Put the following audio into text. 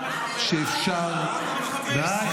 ממשלה שאפשר --- חבר הכנסת שקלים, די.